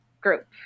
group